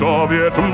Soviet